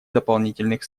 дополнительных